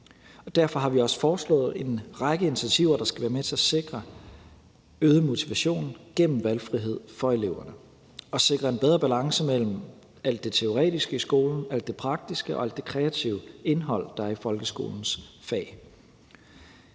Derfor har vi også foreslået en række initiativer, der skal være med til at sikre øget motivation gennem valgfrihed for eleverne og sikre en bedre balance mellem alt det teoretiske i skolen, alt det praktiske og alt det kreative indhold, der er i folkeskolens fag.